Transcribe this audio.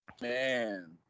Man